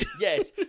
Yes